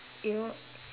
in what